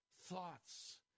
thoughts